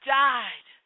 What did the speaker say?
died